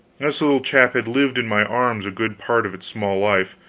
this little chap had lived in my arms a good part of its small life,